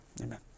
Amen